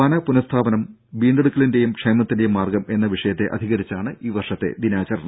വന പുനസ്ഥാപനം വീണ്ടെടുക്കലിന്റെയും ക്ഷേമത്തിന്റെയും മാർഗം എന്ന വിഷയത്തെ അധികരിച്ചാണ് ഈ വർഷത്തെ ദിനാചരണം